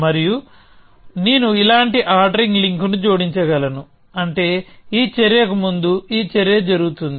మరియు నేను ఇలాంటి ఆర్డరింగ్ లింక్ ను జోడించగలను అంటే ఈ చర్య కు ముందు ఈ చర్య జరుగుతుంది